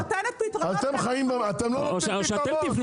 אני נותנת פתרונות --- או שאתם תפנו